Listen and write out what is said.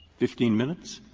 fifteen minutes,